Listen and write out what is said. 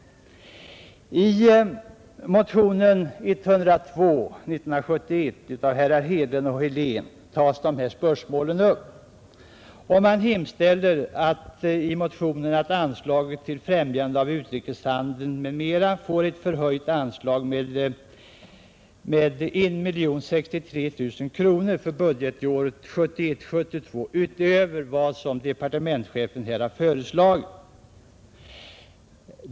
I motionen 102 av Fredagen den herrar Hedlund och Helén tas dessa spörsmål upp. Motionärerna 26 mars 1971 hemställer att anslaget till främjande av utrikeshandeln m.m. förhöjs med 1 063 000 kronor för budgetåret 1971/72 utöver vad departementschefen här föreslagit.